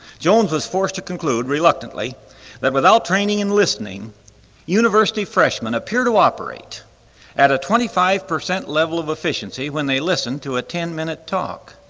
jones was forced to conclude reluctantly that without training and listening university freshmen appear to operate at a twenty-five percent level of efficiency when they listen to a ten-minute talk.